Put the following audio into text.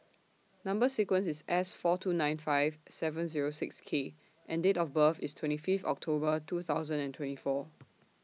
Number sequence IS S four two nine five seven Zero six K and Date of birth IS twenty Fifth October two thousand and twenty four